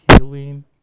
healing